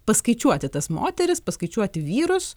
paskaičiuoti tas moteris paskaičiuoti vyrus